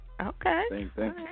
Okay